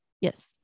yes